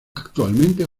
actualmente